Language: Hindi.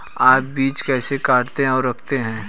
आप बीज कैसे काटते और रखते हैं?